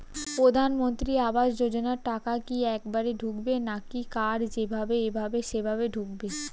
প্রধানমন্ত্রী আবাস যোজনার টাকা কি একবারে ঢুকবে নাকি কার যেভাবে এভাবে সেভাবে ঢুকবে?